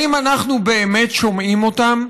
האם אנחנו באמת שומעים אותן?